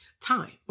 time